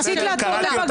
טלי, קראתי אותם לסדר.